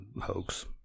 hoax